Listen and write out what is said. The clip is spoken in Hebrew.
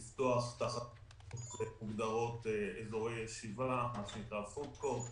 לפתוח אזורי ישיבה, מה שנקרא food court.